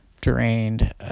drained